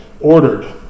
ordered